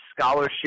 scholarship